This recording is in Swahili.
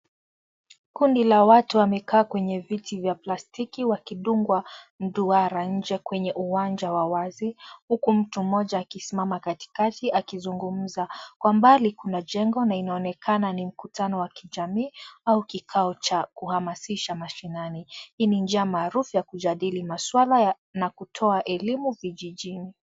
Kundi la watu wamekaa kwenye viti vya plastiki wakidungwa mduara nje kwenye uwanja wa wazi huku mtu moja akisimama kati kati akizungumza kwa mbali kuna jengo na inaonekana ni mkutano wa kijamii au kikao cha kuhamasisha mashinani. Hii ni njia maarufu ya kujadili maswala na kutoa elimu vijijini.